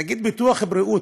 נניח, ביטוח בריאות,